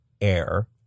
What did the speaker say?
air